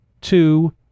two